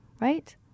right